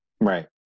Right